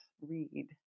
read